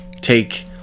take